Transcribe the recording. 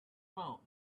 phone